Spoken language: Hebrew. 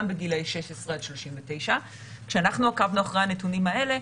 גם בגילי 16 39. כשאנחנו עקבנו אחר הנתונים האלה,